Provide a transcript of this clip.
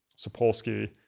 Sapolsky